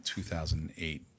2008